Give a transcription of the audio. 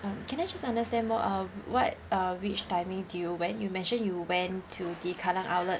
um can I just understand more um what uh which timing did you went you mentioned you went to the kallang outlet